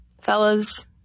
Fellas